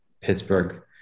Pittsburgh